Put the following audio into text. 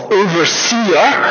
overseer